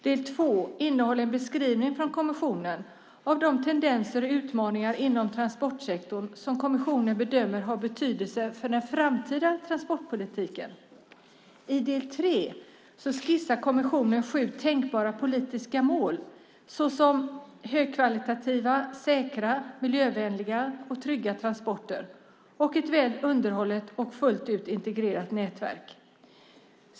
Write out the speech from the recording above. Del 2 innehåller en beskrivning från kommissionen av de tendenser och utmaningar inom transportsektorn som kommissionen bedömer har betydelse för den framtida transportpolitiken. I del 3 skissar kommissionen sju tänkbara politiska mål om högkvalitativa, säkra, miljövänliga och trygga tranporter samt ett väl underhållet och fullt ut integrerat nätverk.